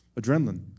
Adrenaline